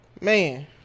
Man